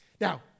Now